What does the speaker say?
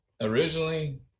originally